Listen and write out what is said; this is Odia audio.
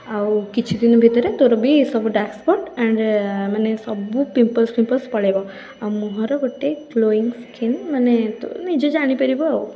ଆଉ କିଛି ଦିନ ଭିତରେ ତୋର ବି ଏଇ ସବୁ ଡାର୍କସ୍ପଟ୍ ଏଣ୍ଡ୍ ମାନେ ସବୁ ପିମ୍ପଲ୍ସ ଫିମ୍ପଲ୍ସ ପଳେଇବ ଆଉ ମୁହଁର ଗୋଟେ ଗ୍ଲୋଇଙ୍ଗ୍ ସ୍କିନ୍ ମାନେ ତୁ ନିଜେ ଜାଣିପାରିବୁ ଆଉ